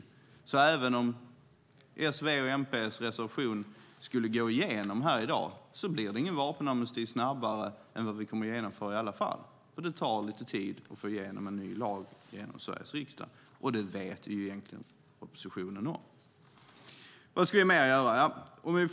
Även om Socialdemokraternas, Vänsterpartiets och Miljöpartiets reservation skulle gå igenom här i dag blir det ingen vapenamnesti snabbare än vad vi kommer att genomföra i alla fall eftersom det tar lite tid att få igenom en ny lag i Sveriges riksdag, och det vet egentligen oppositionen. Vad ska vi mer göra?